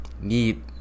need